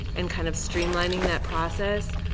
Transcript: and kind of streamlining that process.